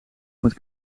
met